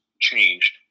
changed